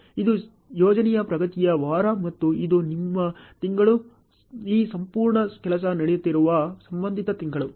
ಇದು ಯೋಜನೆಯ ಪ್ರಗತಿಯ ವಾರ ಮತ್ತು ಇದು ನಿಮ್ಮ ತಿಂಗಳು ಈ ಸಂಪೂರ್ಣ ಕೆಲಸ ನಡೆಯುತ್ತಿರುವ ಸಂಬಂಧಿತ ತಿಂಗಳು